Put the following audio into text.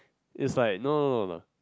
is like no no no no